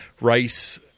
rice